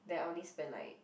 then I'll only spend like